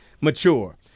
mature